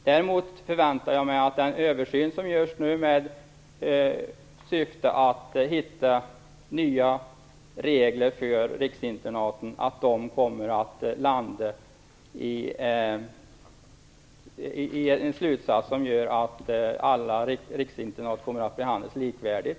Däremot förväntar jag mig att slutsatsen av den översyn som görs med syfte att hitta nya regler för riksinternaten kommer att bli att alla riksinternat skall behandlas likvärdigt.